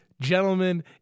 gentlemen